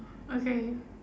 okay